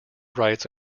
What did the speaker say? writes